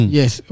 yes